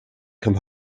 come